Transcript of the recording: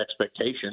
expectation